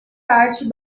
arte